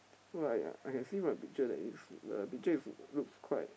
so I I can see from the picture that it's the picture is looks quite